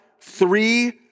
three